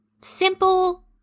Simple